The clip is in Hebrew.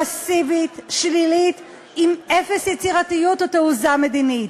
פסיבית, שלילית, עם אפס יצירתיות ותעוזה מדינית.